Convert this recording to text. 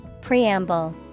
Preamble